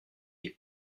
les